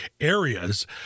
areas